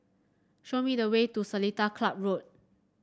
show me the way to Seletar Club Road